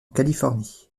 californie